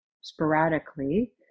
sporadically